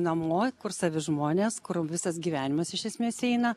namo kur savi žmonės kur visas gyvenimas iš esmės eina